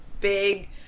big